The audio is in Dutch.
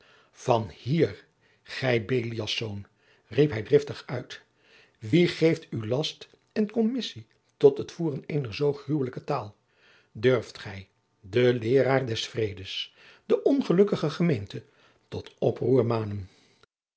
van hier gij beliäls zoon riep hij driftig uit wie geeft u last en commissie tot het voeren eener zoo gruwelijke taal durft gij de leeraar des vredes de ongelukkige gemeente tot